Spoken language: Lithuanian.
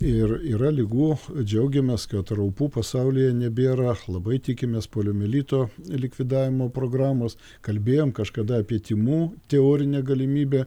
ir yra ligų džiaugiamės kad raupų pasaulyje nebėra labai tikimės poliomielito likvidavimo programos kalbėjom kažkada apie tymų teorinę galimybę